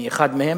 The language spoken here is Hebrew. אני אחד מהם,